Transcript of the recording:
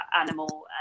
animal